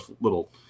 little